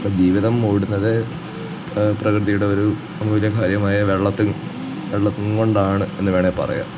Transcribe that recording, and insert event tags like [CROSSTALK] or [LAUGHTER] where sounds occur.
അപ്പം ജീവിതം ഓടുന്നത് പ്രകൃതിയുടെ ഒരു [UNINTELLIGIBLE] വെള്ളത്തിൽ വെള്ളം കൊണ്ടാണ് എന്ന് വേണേൽ പറയാം